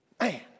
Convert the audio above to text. Man